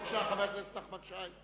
בבקשה, חבר הכנסת נחמן שי.